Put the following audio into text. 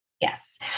Yes